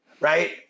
Right